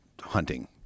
hunting